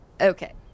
Okay